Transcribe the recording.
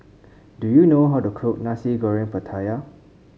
do you know how to cook Nasi Goreng Pattaya